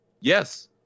Yes